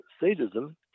sadism